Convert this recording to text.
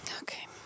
Okay